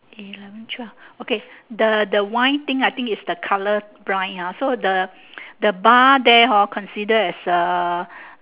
eleven twelve okay the the wine thing I think it's the colour brine ah so the the bar there hor consider as a